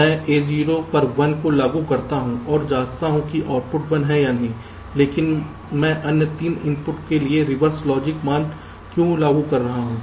मैं A0 पर 1 को लागू करता हूं और जांचता हूं कि आउटपुट 1 है या नहीं लेकिन मैं अन्य 3 इनपुट के लिए रिवर्स लॉजिक मान क्यों लागू कर रहा हूं